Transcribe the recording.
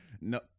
No